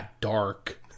dark